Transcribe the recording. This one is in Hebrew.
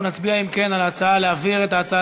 אנחנו נצביע על ההצעה להעביר את ההצעה